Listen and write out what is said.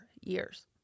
years